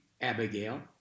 Abigail